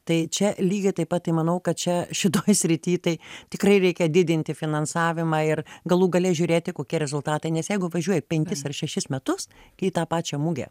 tai čia lygiai taip pat tai manau kad čia šitoj srity tai tikrai reikia didinti finansavimą ir galų gale žiūrėti kokie rezultatai nes jeigu važiuoji penkis ar šešis metus į tą pačią mugę